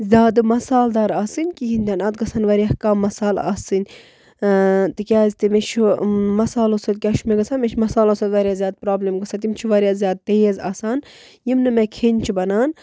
زیادٕ مصالہٕ دار آسٕنۍ کِہیٖنۍ تہِ نہٕ اَتھ گَژھَن واریاہ کَم مصالہٕ آسٕنۍ تِکیٛازِ تہِ مےٚ چھُ مصالو سۭتۍ کیٛاہ چھُ مےٚ گژھان مےٚ چھِ مصالو سۭتۍ واریاہ زیادٕ پرٛابلِم گژھان تِم چھِ واریاہ زیادٕ تیز آسان یِم نہٕ مےٚ کھیٚنۍ چھِ بَنان